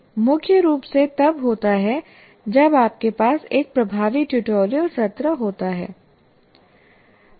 यह मुख्य रूप से तब होता है जब आपके पास एक प्रभावी ट्यूटोरियल सत्र होता है